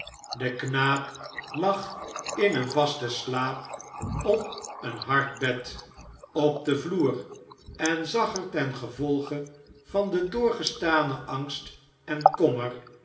de knaap lag in een vasten slaap op een hard bed op den vloer en zag er ten gevolge van den doorgestanen angst en kommer